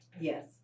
Yes